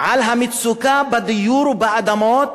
על המצוקה בדיור ובאדמות